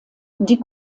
die